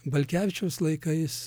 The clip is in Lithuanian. balkevičiaus laikais